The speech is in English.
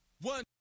one